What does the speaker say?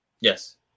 Yes